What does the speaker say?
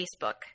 Facebook